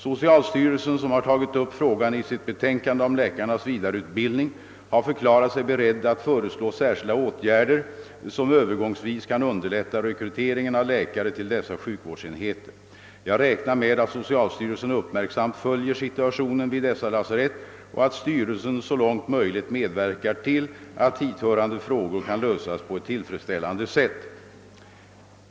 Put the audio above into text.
Socialstyrelsen, som har tagit upp frågan i sitt betänkande om läkar nas vidareutbildning, har förklarat sig beredd att föreslå särskilda åtgärder som övergångsvis kan underlätta rekryteringen av läkare till dessa sjukvårdsenheter. Jag räknar med att socialstyrelsen uppmärksamt följer situationen vid dessa lasarett och att styrelsen så långt möjligt medverkar till att hithörande frågor kan lösas på ett tillfredsställande sätt.